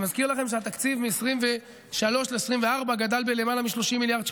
אני מזכיר לכם שמ-2023 ל-2024 התקציב גדל בלמעלה מ-30 מיליארד שקלים,